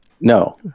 No